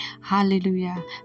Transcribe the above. Hallelujah